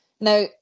Now